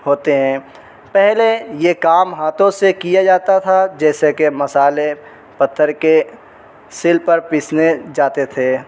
ہوتے ہیں پہلے یہ کام ہاتھوں سے کیا جاتا تھا جیسے کہ مسالے پتھر کے سل پر پیسنے جاتے تھے